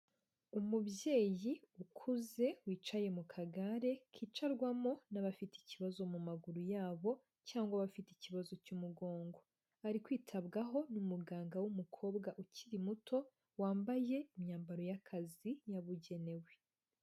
Umubyeyi ukuze wicaye mu kagare kicarwamo n'abafite ikibazo mu maguru yabo cyangwa bafite ikibazo cy'umugongo, ari kwitabwaho n'umuganga w'umukobwa ukiri muto, wambaye imyambaro y'akazi yabugenewe.